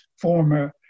former